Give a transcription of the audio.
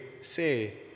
say